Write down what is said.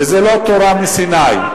וזה לא תורה מסיני.